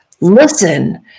listen